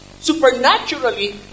supernaturally